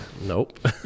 Nope